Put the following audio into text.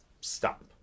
stop